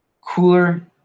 cooler